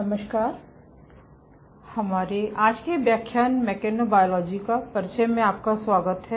नमस्कार हमारे आज के व्याख्यान मेकनोबायोलोजी का परिचय में आपका स्वागत है